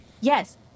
Yes